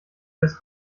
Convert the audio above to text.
des